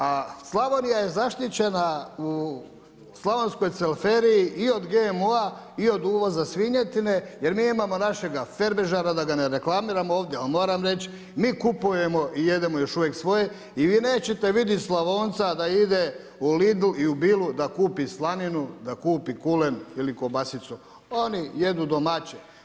A Slavonija je zaštićena u slavonskoj Cvelferiji i od GMO-a i od uvoza svinjetine jer mi imamo naše Ferbežara da ga ne reklamiramo ovdje ali moram reći, mi kupujemo i jedemo još uvijek svoje i vi neće vidjeti Slavonca da ide u Lidl, i u Billu da kupi slaninu, da kupi kulen ili kobasicu, oni jedu domaće.